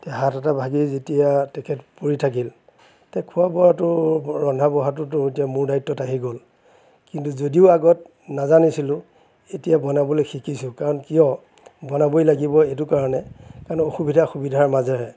এতিয়া হাত এটা ভাগি যেতিয়া তেখেত পৰি থাকিল তে খোৱা বোৱাটো বৰ ৰন্ধা বঢ়াটোতো এতিয়া মোৰ দায়িত্বত আহি গ'ল কিন্তু যদিও আগত নাজানিছিলোঁ এতিয়া বনাবলৈ শিকিছোঁ কাৰণ কিয় বনাবই লাগিব এইটো কাৰণে কাৰণ অসুবিধা সুবিধাৰ মাজেৰে